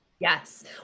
Yes